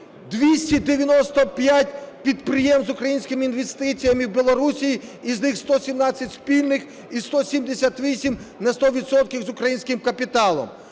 295 підприємств з українськими інвестиціями в Білорусі, із них 117 спільних і 178 на сто відсотків з українським капіталом.